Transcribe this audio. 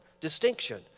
distinction